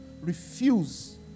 refuse